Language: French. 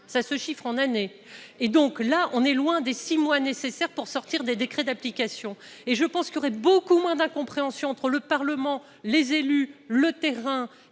ça se chiffre en années et donc là, on est loin des 6 mois nécessaires pour sortir des décrets d'application et je pense qu'il aurait beaucoup moins d'incompréhension entre le Parlement, les élus le terrain